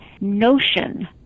notion